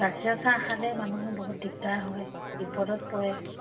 গাখীৰৰ চাহ খালেই মানুহৰ বহুত দিগদাৰ হয় বিপদত পৰে